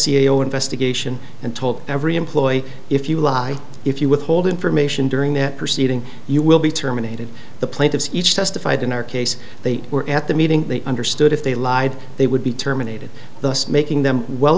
e o investigation and told every employee if you lie if you withhold information during that proceeding you will be terminated the plaintiffs each testified in our case they were at the meeting they understood if they lied they would be terminated thus making them well